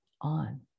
on